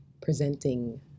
presenting